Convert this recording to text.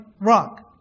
rock